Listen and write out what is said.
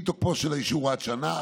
אם תוקפו של האישור עד שנה,